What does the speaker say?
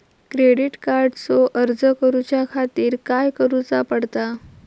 Credit कार्डचो अर्ज करुच्या खातीर काय करूचा पडता?